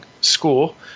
school